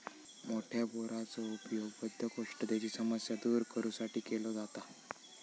मोठ्या बोराचो उपयोग बद्धकोष्ठतेची समस्या दूर करू साठी केलो जाता